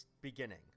beginning